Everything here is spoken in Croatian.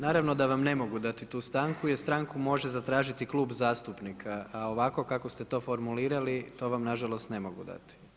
Naravno da vam ne mogu dati tu stanku jer stanku može zatražiti klub zastupnika, a ovako kako ste to formulirali to vam nažalost ne mogu dati.